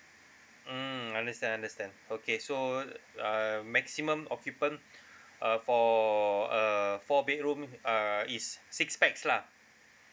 mm understand understand okay so uh maximum occupant uh for a four bedroom uh is six pax lah